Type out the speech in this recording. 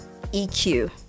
EQ